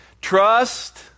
Trust